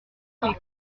qu’ils